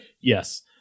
Yes